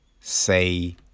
say